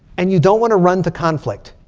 and you don't want to run to conflict.